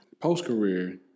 Post-career